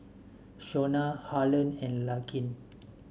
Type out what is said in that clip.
Shonna Harlon and Larkin